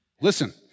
Listen